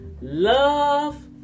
Love